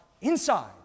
inside